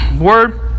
word